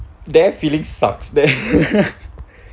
that feeling sucks that